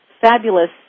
fabulous